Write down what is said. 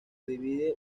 divide